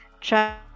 Try